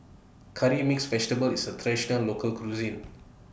Curry Mixed Vegetable IS A Traditional Local Cuisine